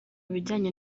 bijyanye